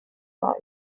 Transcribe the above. dau